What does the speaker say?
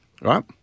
right